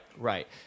Right